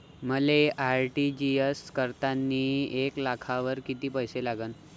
मले आर.टी.जी.एस करतांनी एक लाखावर कितीक पैसे लागन?